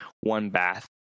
one-bath